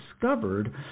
discovered